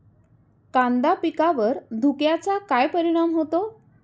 कांदा पिकावर धुक्याचा काय परिणाम होतो?